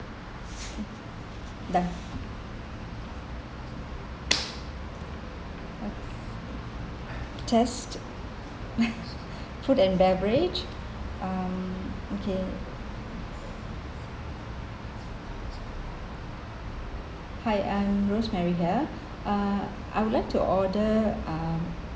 done test food and beverage um okay hi I'm rosemary here uh I would like to order um